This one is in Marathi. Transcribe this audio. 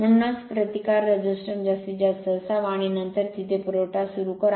म्हणूनच प्रतिकार जास्तीत जास्त असावा आणि नंतर तिथे पुरवठा सुरू करा